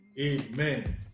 Amen